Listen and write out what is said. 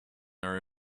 are